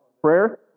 prayer